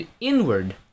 inward